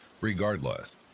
Regardless